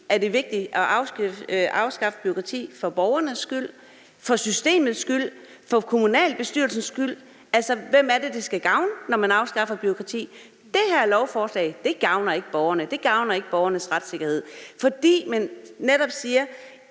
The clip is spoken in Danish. Er det vigtigt at afskaffe bureaukrati for borgernes skyld, for systemets skyld, for kommunalbestyrelsens skyld? Altså, hvem er det, det skal gavne, når man afskaffer bureaukrati? Det her lovforslag gavner ikke borgerne, det gavner ikke borgernes retssikkerhed, fordi man netop siger: